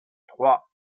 trois